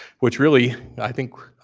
which really, i think,